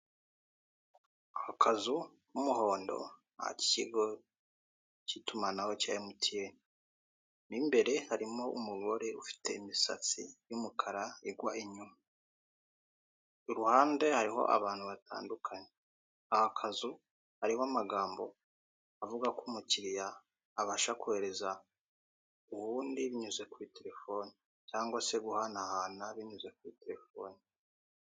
Akazu k'umuhondo ni ak'ikigo cy'itumanaho cya MTN, mo imbere harimo umugore ufite imisatsi y'umukara igwa inyuma, iruhande hariho abantu batandukanye. Aka kazu hariho amagambo avugako umukiriya abasha kohereza uwundi binyuze kuri terefone cyangwa se guhanahana binyuze kuri terefone.